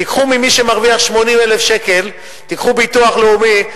תיקחו ממי שמרוויח 80,000 שקל ביטוח לאומי,